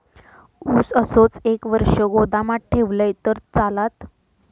ऊस असोच एक वर्ष गोदामात ठेवलंय तर चालात?